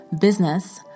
business